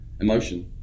emotion